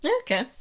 Okay